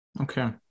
Okay